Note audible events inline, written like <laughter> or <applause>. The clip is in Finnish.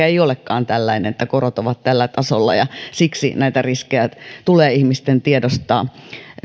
<unintelligible> ei olekaan tällainen että korot ovat tällä tasolla siksi näitä riskejä tulee ihmisten tiedostaa